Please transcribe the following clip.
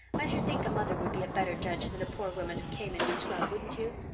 i should think a mother would be a better judge than a poor woman who came in to scrub, wouldn't you?